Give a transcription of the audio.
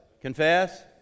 Confess